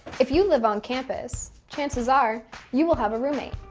if you live on campus, chances are you will have a roommate.